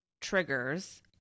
triggers